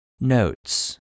Notes